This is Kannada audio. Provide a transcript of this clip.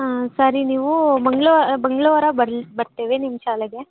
ಹಾಂ ಸರಿ ನೀವು ಮಂಗ್ಳ ಮಂಗ್ಳವಾರ ಬರ್ಲ ಬರ್ತೇವೆ ನಿಮ್ಮ ಶಾಲೆಗೆ